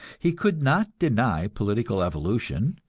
he could not deny political evolution,